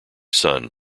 son